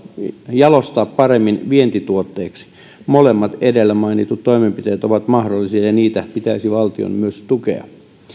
jalostaa paremmin vientituotteiksi molemmat edellä mainitut toimenpiteet ovat mahdollisia ja niitä pitäisi valtion myös tukea